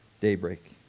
daybreak